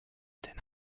den